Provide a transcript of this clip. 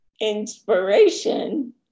inspiration